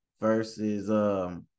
versus